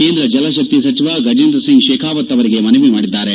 ಕೇಂದ್ರ ಜಲಶಕ್ತಿ ಸಚಿವ ಗಜೇಂದ್ರ ಸಿಂಗ್ ಶೇಖಾವತ್ ಅವರಿಗೆ ಮನವಿ ಮಾಡಿದ್ದಾರೆ